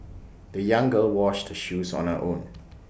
the young girl washed the shoes on her own